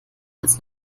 als